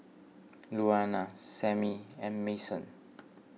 Louanna Sammie and Mason